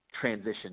Transition